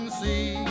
see